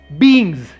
beings